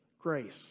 grace